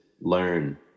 learn